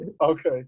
Okay